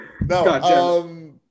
No